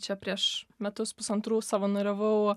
čia prieš metus pusantrų savanoriavau